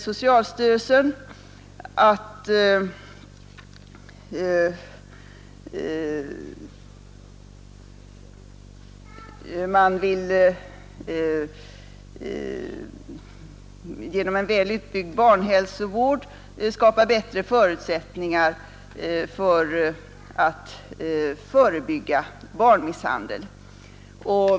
Socialstyrelsen säger där, att man genom en väl utbyggd barnhälsovård vill skapa bättre förutsättningar för att förebygga barnmisshandel.